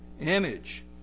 image